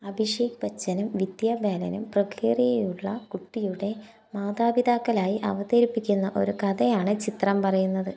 അഭിഷേക് ബച്ചനും വിദ്യാ ബാലനും പ്രൊഗേറിയയുള്ള കുട്ടിയുടെ മാതാപിതാക്കളായി അവതരിപ്പിക്കുന്ന ഒരു കഥയാണ് ചിത്രം പറയുന്നത്